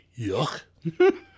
yuck